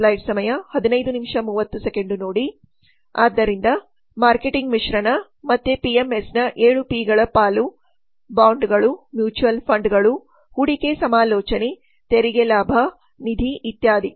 ಆದ್ದರಿಂದ ಮಾರ್ಕೆಟಿಂಗ್ ಮಿಶ್ರಣ ಮತ್ತೆ ಪಿಎಂಎಸ್ನ 7 ಪಿಗಳ ಪಾಲು ಬಾಂಡ್ಗಳು ಮ್ಯೂಚುವಲ್ ಫಂಡ್ಗಳು ಹೂಡಿಕೆ ಸಮಾಲೋಚನೆ ತೆರಿಗೆ ಲಾಭ ನಿಧಿ ಇತ್ಯಾದಿ